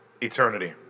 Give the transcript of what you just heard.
eternity